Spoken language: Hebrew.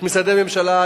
את משרדי הממשלה,